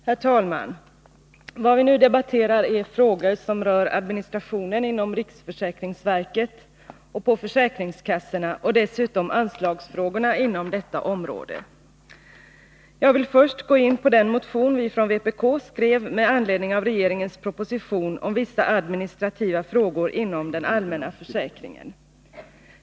Herr talman! Vad vi nu debatterar är frågor som rör administrationen inom riksförsäkringsverket och inom försäkringskassorna samt dessutom anslagsfrågorna på detta område. Jag vill först gå in på den motion som vi från vpk skrev med anledning av regeringens proposition om vissa administrativa frågor inom den allmänna försäkringen.